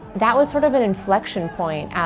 that was sort of an inflection point.